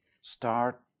start